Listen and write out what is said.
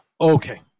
Okay